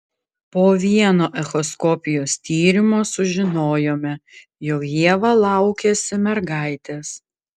po vieno echoskopijos tyrimo sužinojome jog ieva laukiasi mergaitės